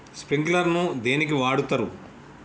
Sprinkler ను దేనికి వాడుతరు?